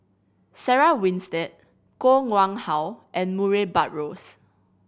Sarah Winstedt Koh Nguang How and Murray Buttrose